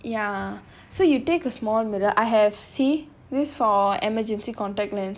ya so you take a small mirror I have see this for emergency contact lens